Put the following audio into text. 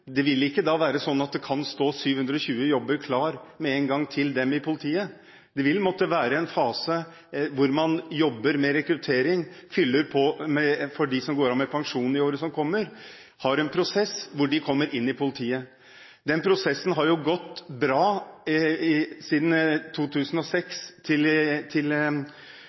Det vil ikke være sånn at det med en gang kan stå 720 jobber klare til dem i politiet. Det vil måtte være en fase hvor man jobber med rekruttering, fyller på for dem som går av med pensjon i årene som kommer – at man har en prosess hvor de kommer inn i politiet. Den prosessen har jo gått bra. Fra 2006 til